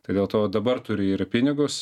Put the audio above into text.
tai dėl to dabar turi ir pinigus